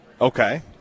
Okay